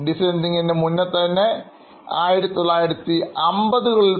design തിങ്കിംഗ്ൻറെ മുന്നേ ഉണ്ടായതാണ്